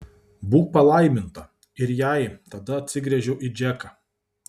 būk palaiminta ir jai tada atsigręžiau į džeką